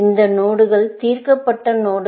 இந்த நோடுகள் தீர்க்கப்பட்ட நோடுகள்